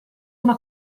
una